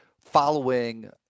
following